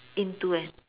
into an